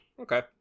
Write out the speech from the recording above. okay